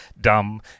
dumb